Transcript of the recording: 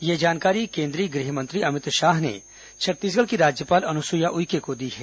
यह जानकारी केन्द्रीय गृहमंत्री अमित शाह ने छत्तीसगढ़ की राज्यपाल अनुसुईया उइके को दी है